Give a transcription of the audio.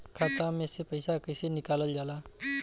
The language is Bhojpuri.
खाता से पैसा कइसे निकालल जाला?